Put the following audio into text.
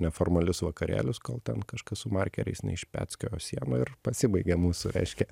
neformalius vakarėlius kol ten kažkas su markeriais neišpeckiojo sieną ir pasibaigė mūsų reiškia